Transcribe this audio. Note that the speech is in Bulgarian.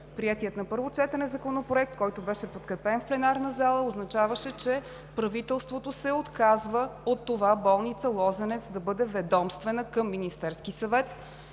Приетият на първо четене Законопроект, който беше подкрепен в пленарната зала, означаваше, че правителството се отказва от това болница „Лозенец“ да бъде ведомствена към Министерския съвет